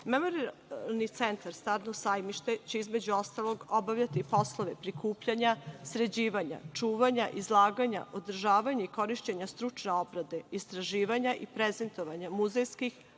Beograda. Memorijalni centar „Staro sajmište“ će, između ostalog, obavljati poslove prikupljanja, sređivanja, čuvanja, izlaganja, održavanja i korišćenja stručne obrade istraživanja i prezentovanja muzejskih,